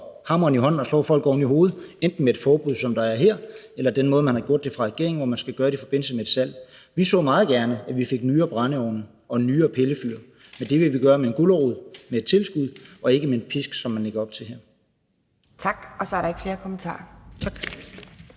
hammeren i hånden og slår folk oven i hovedet enten med et forbud, som der er her, eller med den måde, som man har gjort det på fra regeringens side, hvor det skal gøres i forbindelse med et salg. Vi så meget gerne, at vi fik nyere brændeovne og nyere pillefyr, men det vil vi gøre med en gulerod – med et tilskud – og ikke med en pisk, som man lægger op til her. Kl. 12:05 Anden næstformand